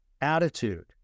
attitude